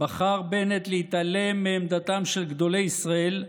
בחר בנט להתעלם מעמדתם של גדולי ישראל,